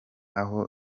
aho